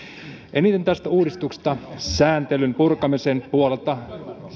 eniten tästä uudistuksesta sääntelyn purkamisen puolelta